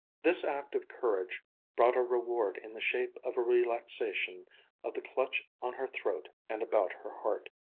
this act of courage brought a reward in the shape of a relaxation of the clutch on her throat and about her heart.